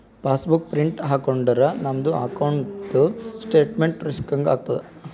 pass book print ಹಾಕೊಂಡುರ್ ನಮ್ದು ಅಕೌಂಟ್ದು ಸ್ಟೇಟ್ಮೆಂಟ್ ಸಿಕ್ಕಂಗ್ ಆತುದ್